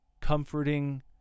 Comforting